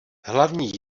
hlavní